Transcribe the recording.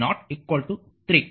5i0 3